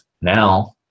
now